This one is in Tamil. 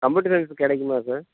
கம்ப்யூட்டர் சயின்ஸ் கிடைக்குமா சார்